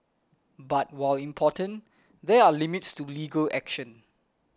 but while important there are limits to legal action